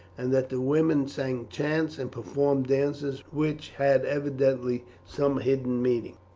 and that the women sang chants and performed dances which had evidently some hidden meaning.